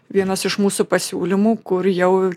vienas iš mūsų pasiūlymų kur jau